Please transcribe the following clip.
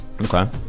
Okay